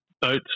boats